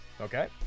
Okay